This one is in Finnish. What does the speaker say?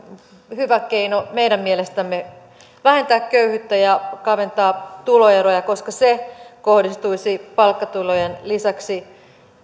hyvä keino meidän mielestämme vähentää köyhyyttä ja kaventaa tuloeroja koska se kohdistuisi palkkatulojen lisäksi